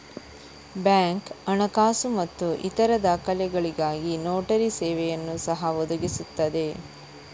bank ಹಣಕಾಸು ಮತ್ತು ಇತರ ದಾಖಲೆಗಳಿಗಾಗಿ ನೋಟರಿ ಸೇವೆಯನ್ನು ಸಹ ಒದಗಿಸುತ್ತದೆ